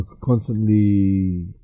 constantly